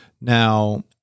Now